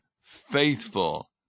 faithful